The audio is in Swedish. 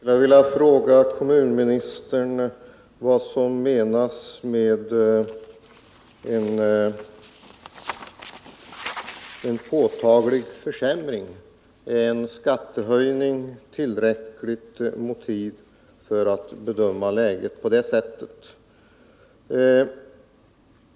Herr talman! Jag skulle vilja fråga kommunministern vad som menas med en påtaglig försämring. Är en skattehöjning tillräcklig anledning för att läget skall bedömas vara påtagligt försämrat?